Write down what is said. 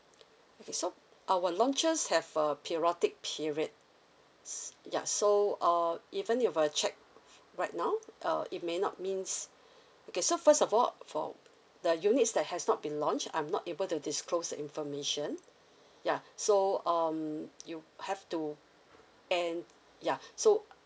okay so our launches have uh periodic period s~ ya so uh even you were check right now uh it may not means okay so first of all for the units that has not been launched I'm not able to disclose the information yeah so um you have to and ya so